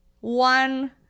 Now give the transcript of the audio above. one